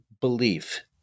belief